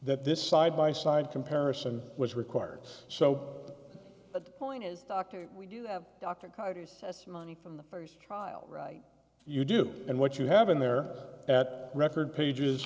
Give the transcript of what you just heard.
that this side by side comparison was required so the point is dr we do have dr carter's money from the first trial right you do and what you have in there at record pages